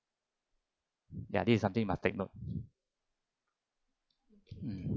ya this is something must take note mm